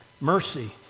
Mercy